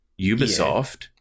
Ubisoft